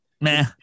Meh